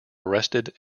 arrested